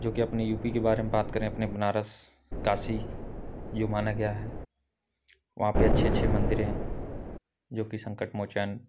जोकि अपने U P के बारे में बात करें अपने बनारस काशी यह माना गया है वहाँ पर अच्छे अच्छे मन्दिरें हैं जोकि संकटमोचन